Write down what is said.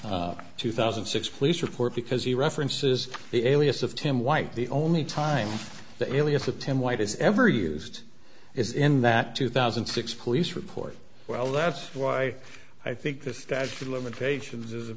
two thousand and six police report because he references the alias of tim white the only time the alias of ten white is ever used is in that two thousand and six police report well that's why i think the statute of limitations is a